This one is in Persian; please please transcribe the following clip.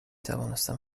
توانستم